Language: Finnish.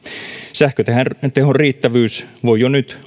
sähkötehon riittävyys voi jo nyt